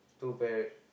two parrot